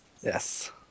yes